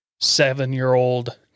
seven-year-old